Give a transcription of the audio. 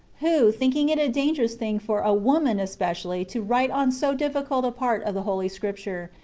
who, thinking it a dangerous thing for a woman especially to write on so difficult a part of the holy scripture,